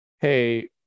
hey